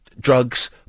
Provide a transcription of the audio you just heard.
drugs